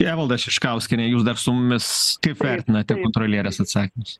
evalda šiškauskiene jūs dar su mumis kaip vertinate kontrolierės atsakymus